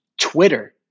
Twitter